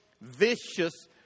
vicious